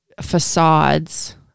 facades